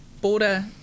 border